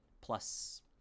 plus